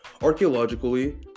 Archaeologically